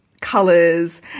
colors